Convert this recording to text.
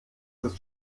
ist